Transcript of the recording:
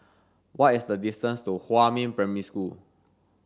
what is the distance to Huamin Primary School